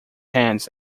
hands